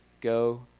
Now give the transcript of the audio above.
Go